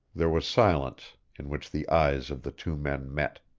there was silence, in which the eyes of the two men met.